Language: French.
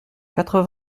quatre